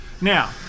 now